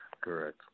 correct